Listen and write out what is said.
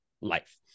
life